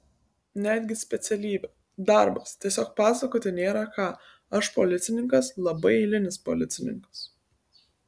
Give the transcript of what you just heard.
netgi specialybė darbas tiesiog pasakoti nėra ką aš policininkas labai eilinis policininkas